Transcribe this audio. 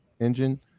engine